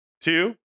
two